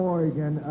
Oregon